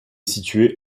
situé